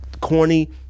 corny